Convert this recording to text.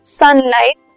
sunlight